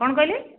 କଣ କହିଲେ